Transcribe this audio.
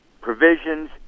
provisions